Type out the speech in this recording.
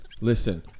Listen